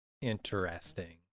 Interesting